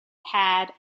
had